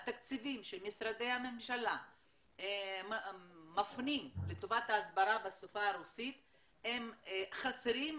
התקציבים שמשרדי הממשלה מפנים לטובת ההסברה בשפה הרוסית הם חסרים,